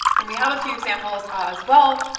and we have a few examples ah as well,